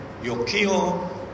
Yokio